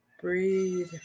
Breathe